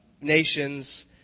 nations